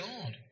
God